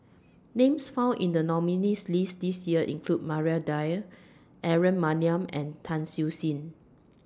Names found in The nominees' list This Year include Maria Dyer Aaron Maniam and Tan Siew Sin